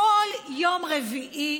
בכל יום רביעי